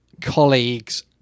colleagues